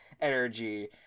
energy